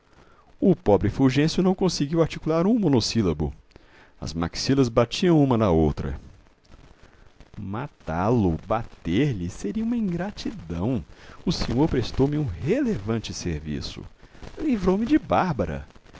o pobre fulgêncio não conseguiu articular um monossílabo as maxilas batiam uma na outra matá-lo bater-lhe seria uma ingratidão o sr prestou-me um relevante serviço livrou-me de bárbara